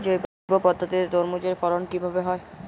জৈব পদ্ধতিতে তরমুজের ফলন কিভাবে হয়?